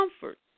comfort